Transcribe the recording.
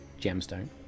gemstone